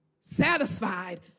satisfied